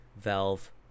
Valve